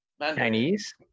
Chinese